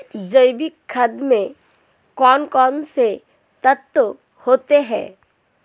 जैविक खाद में कौन कौन से तत्व होते हैं?